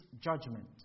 judgment